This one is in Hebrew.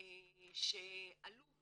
שעלו